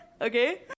okay